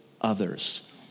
others